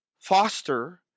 Foster